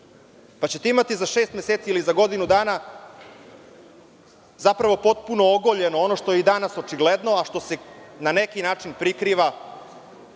Imaćete za šest meseci, ili za godinu dana zapravo potpuno ogoljeno ono što je i danas očigledno, a što se na neki način prikriva